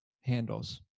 handles